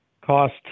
Cost